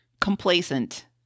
complacent